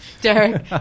Derek